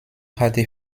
hatte